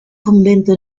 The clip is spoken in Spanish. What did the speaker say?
convento